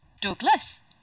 Douglas